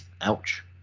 Ouch